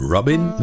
Robin